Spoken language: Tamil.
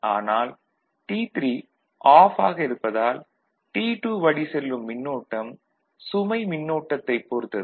ஆனால் T3 ஆஃப் ஆக இருப்பதால் T2 வழி செல்லும் மின்னோட்டம் சுமை மின்னோட்டத்தைப் பொறுத்தது